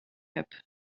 heb